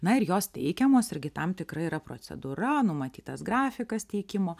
na ir jos teikiamos irgi tam tikra yra procedūra numatytas grafikas teikimo